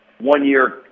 one-year